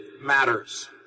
matters